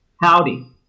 Howdy